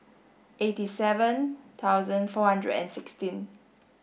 eighty seven thousand four hundred and sixteen